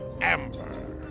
Amber